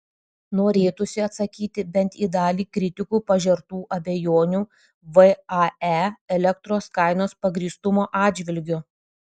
norėtųsi atsakyti bent į dalį kritikų pažertų abejonių vae elektros kainos pagrįstumo atžvilgiu